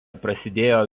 prasidėjo